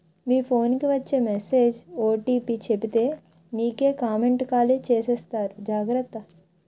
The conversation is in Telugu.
మీ ఫోన్ కి వచ్చే మెసేజ్ ఓ.టి.పి చెప్పితే నీకే కామెంటు ఖాళీ చేసేస్తారు జాగ్రత్త